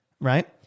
right